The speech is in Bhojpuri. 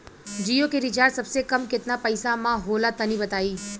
जियो के रिचार्ज सबसे कम केतना पईसा म होला तनि बताई?